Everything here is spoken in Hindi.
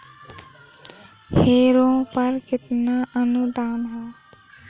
हैरो पर कितना अनुदान है?